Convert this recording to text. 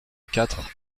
quatre